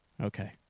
Okay